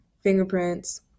fingerprints